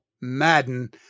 Madden